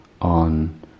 on